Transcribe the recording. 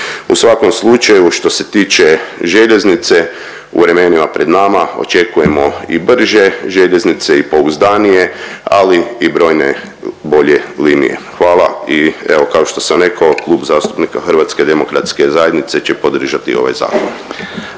U svakom slučaju što se tiče željeznice u vremenima pred nama očekujemo i brže željeznice i pouzdanije, ali i brojne bolje linije. Hvala i evo kao što sam rekao Klub zastupnika Hrvatske demokratske zajednice će podržati ovaj zakon.